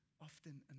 often